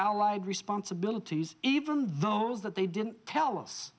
allied responsibilities even those that they didn't tell us